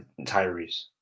Tyrese